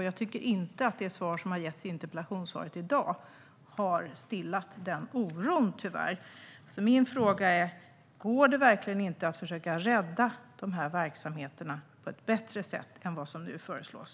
Jag tycker inte att interpellationssvaret i dag har stillat den oron, tyvärr. Min fråga är: Går det verkligen inte att försöka rädda dessa verksamheter på ett bättre sätt än vad som nu föreslås?